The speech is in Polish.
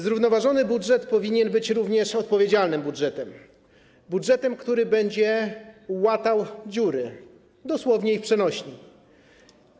Zrównoważony budżet powinien być również odpowiedzialnym budżetem, budżetem, który będzie łatał dziury, dosłownie i w przenośni.